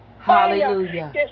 hallelujah